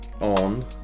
on